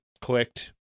clicked